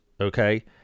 okay